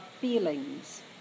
feelings